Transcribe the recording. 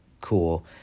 cool